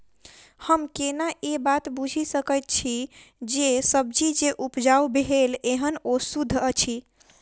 हम केना ए बात बुझी सकैत छी जे सब्जी जे उपजाउ भेल एहन ओ सुद्ध अछि?